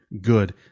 good